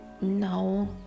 no